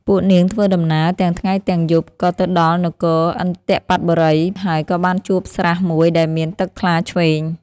ពួកនាងធ្វើដំណើរទាំងថ្ងៃទំាងយប់ក៏ទៅដល់នគរឥន្ទបត្តបុរី ហើយក៏បានជួបស្រះមួយដែលមានទឹកថ្លាឈ្វេង។